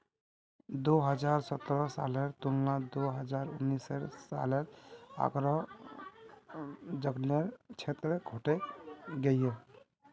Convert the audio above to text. दो हज़ार सतरह सालेर तुलनात दो हज़ार उन्नीस सालोत आग्रार जन्ग्लेर क्षेत्र घटे गहिये